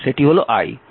সেটি হল i